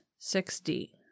6D